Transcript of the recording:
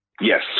Yes